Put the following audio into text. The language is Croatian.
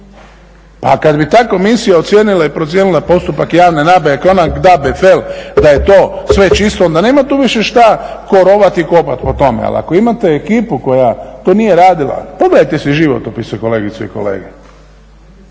Pa kad bi ta Komisija ocijenila i procijenila postupak javne nabave …/Govornik se ne razumije./… da je to sve čisto onda nema tu više šta tko rovati i kopati po tome. Ali ako imate ekipu koja to nije radila, pogledajte si u životopisu kolegice i kolege.